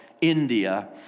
India